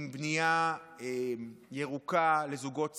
עם בנייה ירוקה לזוגות צעירים,